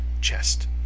chest